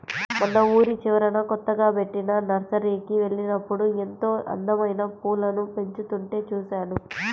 మొన్న ఊరి చివరన కొత్తగా బెట్టిన నర్సరీకి వెళ్ళినప్పుడు ఎంతో అందమైన పూలను పెంచుతుంటే చూశాను